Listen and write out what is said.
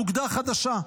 אוגדה חדשה.